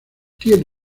tiene